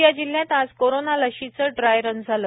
गोंदीया जिल्ह्यात आज कोरोना लशीचे डाय रन झाले